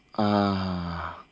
uh